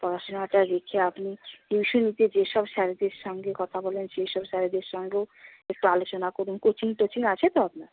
পড়াশুনাটা রেখে আপনি টিউশনেতে যেসব স্যারেদের সঙ্গে কথা বলেন সেই সব স্যারেদের সঙ্গেও একটু আলোচনা করুন কোচিং টোচিং আছে তো আপনার